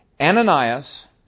Ananias